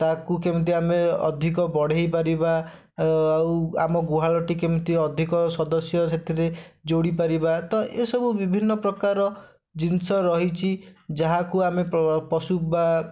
ତା'କୁ କେମିତି ଆମେ ଅଧିକ ବଢ଼େଇପାରିବା ଆଉ ଆମ ଗୁହାଳଟି କେମିତି ଅଧିକ ସଦସ୍ୟ ସେଥିରେ ଯୋଡ଼ିପାରିବା ତ ଏସବୁ ବିଭିନ୍ନ ପ୍ରକାର ଜିନିଷ ରହିଛି ଯାହାକୁ ଆମେ ପଶୁ ବା